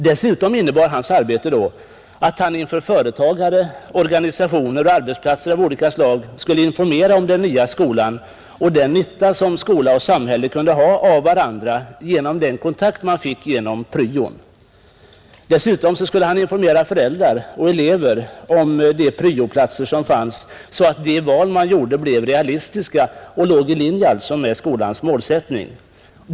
Dessutom innebar hans arbete då att han inför företagare, organisationer och arbetsplatser av olika slag skulle informera om den nya skolan och den nytta som skola och samhälle kunde ha av varandra genom den kontakt man fick genom pryon. Vidare skulle han informera elever och föräldrar om vilka pryo-platser som fanns, så att de val man gjorde blev realistiska och alltså låg i linje med skolans målsättning.